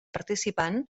participant